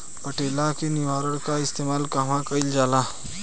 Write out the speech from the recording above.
पटेला या निरावन का इस्तेमाल कहवा कइल जाला?